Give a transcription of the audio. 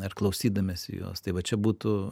ir klausydamiesi jos tai va čia būtų